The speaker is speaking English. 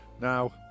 Now